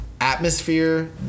atmosphere